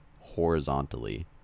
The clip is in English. horizontally